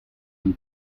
and